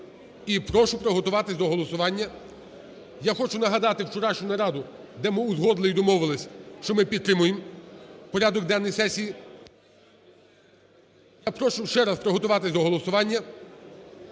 прошу приготуватись до голосування. Я хочу нагадати вчорашню нараду, де ми узгодили і домовились, що ми підтримуємо порядок денний сесії. Я прошу ще раз приготуватись до голосування.